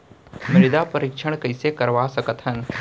मृदा परीक्षण कइसे करवा सकत हन?